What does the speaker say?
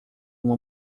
uma